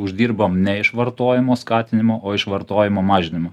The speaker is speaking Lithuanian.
uždirbam ne iš vartojimo skatinimo o iš vartojimo mažinimo